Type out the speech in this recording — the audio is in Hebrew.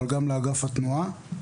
אבל גם לאגף התנועה.